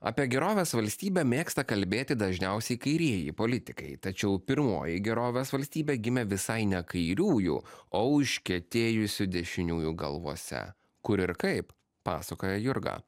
apie gerovės valstybę mėgsta kalbėti dažniausiai kairieji politikai tačiau pirmoji gerovės valstybė gimė visai ne kairiųjų o užkietėjusių dešiniųjų galvose kur ir kaip pasakoja jurga